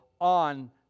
on